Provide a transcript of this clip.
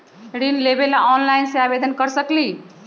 ऋण लेवे ला ऑनलाइन से आवेदन कर सकली?